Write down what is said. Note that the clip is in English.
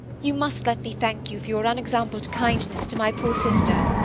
you must let me thank you for your unexampled kindness to my poor sister.